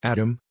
Adam